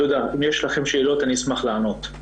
אם יש לכם שאלות, אשמח לענות.